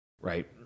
Right